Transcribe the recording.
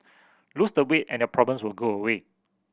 lose the weight and your problems will go away